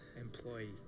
employee